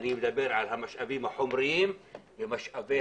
אני מדבר על המשאבים החומריים ועל משאבי